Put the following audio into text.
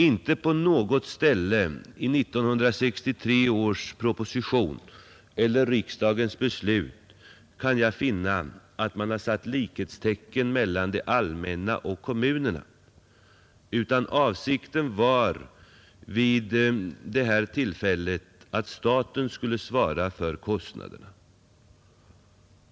Inte på något ställe i 1963 års proposition eller riksdagens beslut kan jag finna att man satt likhetstecken mellan det allmänna och kommunerna, utan avsikten var vid detta tillfälle att staten skulle svara för kostnaderna.